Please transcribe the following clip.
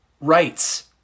rights